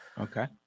Okay